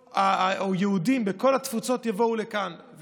שהיהודים מכל התפוצות יבואו לכאן.